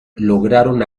lograron